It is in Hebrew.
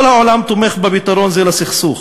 כל העולם תומך בפתרון זה לסכסוך,